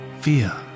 fear